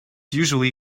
usually